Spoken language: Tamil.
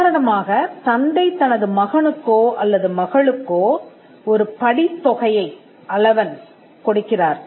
உதாரணமாக தந்தை தனது மகனுக்கோ அல்லது மகளுக்கோ ஒரு படித் தொகையைக் கொடுக்கிறார்